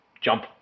jump